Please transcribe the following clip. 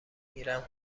گیرم